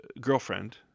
girlfriend